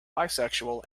bisexual